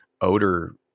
odor